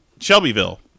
Shelbyville